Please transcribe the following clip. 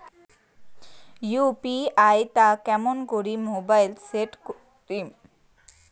UPI টা কেমন করি মোবাইলত সেট করিম?